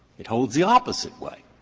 it holds the opposite way.